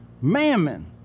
Mammon